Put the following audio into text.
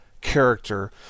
character